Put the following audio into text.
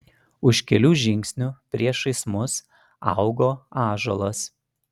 už kelių žingsnių priešais mus augo ąžuolas